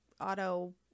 auto